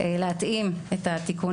להתאים את התיקונים,